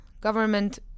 government